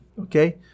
okay